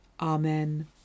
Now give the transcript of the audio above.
Amen